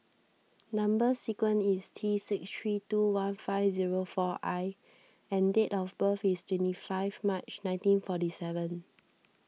Number Sequence is T six three two one five zero four I and date of birth is twenty five March nineteen forty seven